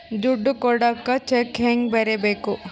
ದುಡ್ಡು ಕೊಡಾಕ ಚೆಕ್ ಹೆಂಗ ಬರೇಬೇಕು?